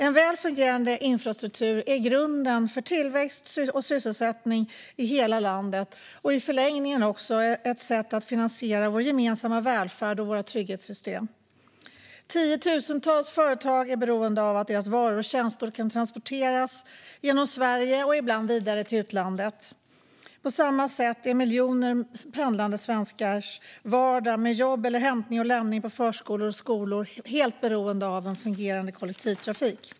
En väl fungerande infrastruktur är grunden för tillväxt och sysselsättning i hela landet och i förlängningen också ett sätt att finansiera vår gemensamma välfärd och våra trygghetssystem. Tiotusentals företag är beroende av att deras varor och tjänster kan transporteras genom Sverige och ibland vidare till utlandet. På samma sätt är miljoner pendlande svenskars vardag med jobb eller hämtning och lämning på förskolor och skolor helt beroende av en fungerande kollektivtrafik.